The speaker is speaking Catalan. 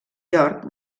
york